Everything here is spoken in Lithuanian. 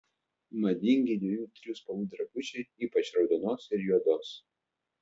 madingi dviejų trijų spalvų drabužiai ypač raudonos ir juodos